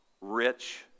rich